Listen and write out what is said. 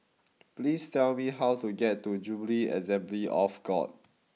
please tell me how to get to Jubilee Assembly of God